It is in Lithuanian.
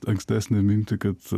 ankstesnę mintį kad